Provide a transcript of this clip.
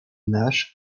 nash